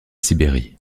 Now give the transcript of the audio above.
sibérie